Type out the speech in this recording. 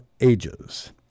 ages